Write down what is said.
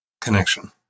connection